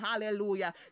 Hallelujah